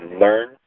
learn